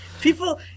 People